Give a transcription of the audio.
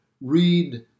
Read